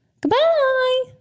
Goodbye